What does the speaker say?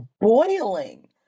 boiling